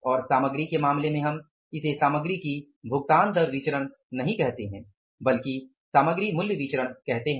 और सामग्री के मामले में हम इसे सामग्री की भुगतान दर विचरण नहीं कहते हैं बल्कि सामग्री मूल्य विचरण कहते हैं